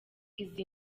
izi